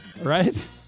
Right